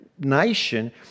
Nation